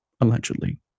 allegedly